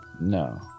no